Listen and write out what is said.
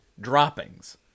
droppings